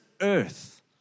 Earth